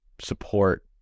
Support